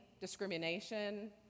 discrimination